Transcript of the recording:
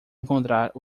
encontrar